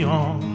on